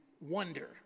wonder